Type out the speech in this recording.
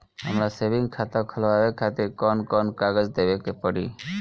हमार सेविंग खाता खोलवावे खातिर कौन कौन कागज देवे के पड़ी?